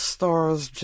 Stars